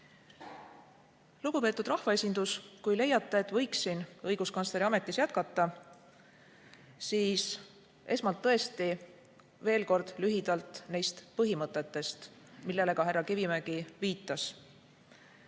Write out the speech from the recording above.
Lugupeetud rahvaesindus! Kui leiate, et võiksin õiguskantsleri ametis jätkata, siis räägin esmalt tõesti veel kord lühidalt neist põhimõtetest, millele ka härra Kivimägi viitas.